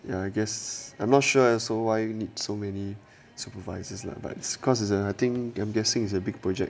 ya I guess I'm not sure and so why you need so many supervises lah but it's cause it's a I think I'm guessing it's a big project